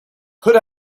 put